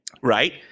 right